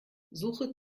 suche